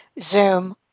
Zoom